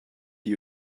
you